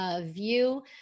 view